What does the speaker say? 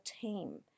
team